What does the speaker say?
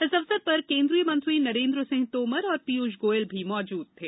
इस अवसर पर केंद्रीय मंत्री नरेंद्र सिंह तोमर और पीयूष गोयल भी मौजूद थे